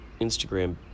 Instagram